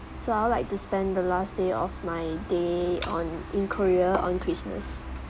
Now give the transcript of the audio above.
so I would like to spend the last day of my day on in korea on christmas